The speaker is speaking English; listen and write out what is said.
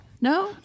No